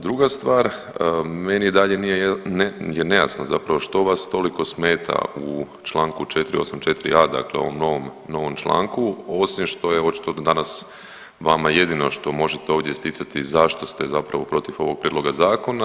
Druga stvar, meni je i dalje nejasno zapravo što vas toliko smeta u članku 484a., dakle u ovom novom članku, osim što je očito do danas vama jedino što možete ovdje isticati zašto ste zapravo protiv ovog prijedloga zakona.